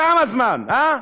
כמה זמן, אה?